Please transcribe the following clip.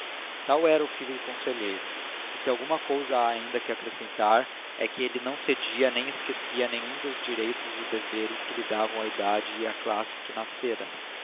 tal era o filho do conselheiro e se alguma coisa há ainda que acrescentar é que ele não cedia nem esquecia nenhum dos direitos e deveres que lhe davam a idade e a classe em que nascera